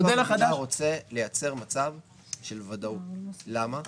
תקציב המדינה רוצה לייצר מצב של ודאות, למה?